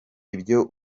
ibyo